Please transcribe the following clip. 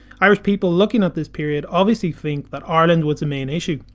irish people looking at this period obviously think that ireland was the main issue,